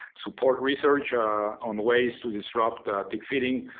support research on ways to disrupt tick feeding,